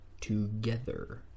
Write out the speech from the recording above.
together